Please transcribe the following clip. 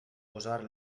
posar